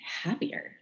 happier